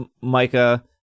Micah